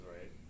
right